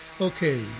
Okay